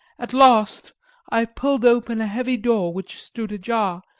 at last i pulled open a heavy door which stood ajar,